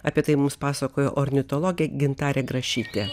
apie tai mums pasakojo ornitologė gintarė grašytė